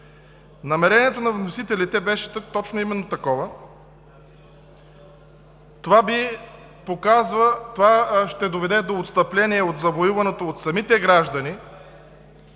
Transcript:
намерението на вносителя беше именно такова. Това ще доведе до отстъпление от завоюваното от самите граждани